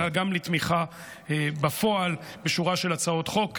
אלא גם לתמיכה בפועל בשורה של הצעות חוק,